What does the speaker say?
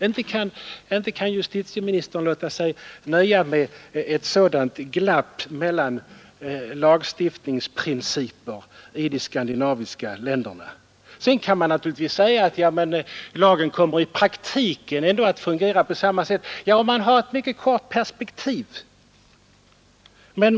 Inte kan justitieministern låta sig nöja med ett sådant glapp mellan lagstiftningsprinciperna i de skandinaviska länderna! Man kan naturligtvis säga att lagen i praktiken ändå kommer att fungera på samma sätt. Ja, det är riktigt, om man ser det i ett mycket kort perspektiv.